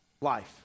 life